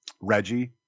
Reggie